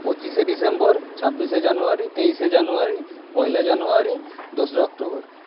পঁচিশে ডিসেম্বর ছাব্বিশে জানুয়ারি তেইশে জানুয়ারি পয়লা জানুয়ারি দোসরা অক্টোবর